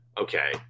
okay